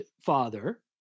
father